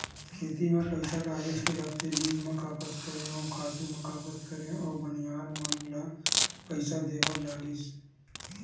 खेती म पइसा काहेच के लगथे बीज म खपत करेंव, खातू म खपत करेंव अउ बनिहार मन ल पइसा देय बर लगिस